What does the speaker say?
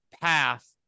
path